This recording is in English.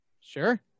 Sure